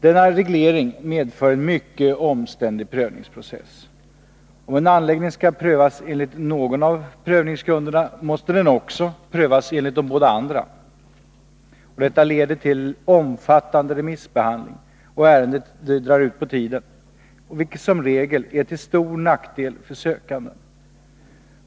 Denna reglering medför en mycket omständlig prövningsprocess. Om en anläggning skall prövas enligt någon av prövningsgrunderna, måste den också prövas enligt de båda andra. Detta leder till omfattande remissbehandling, och ärendet drar ut på tiden, vilket som regel är till stor nackdel för den sökande.